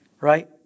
right